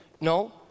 No